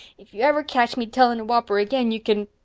if you ever catch me telling a whopper again you can.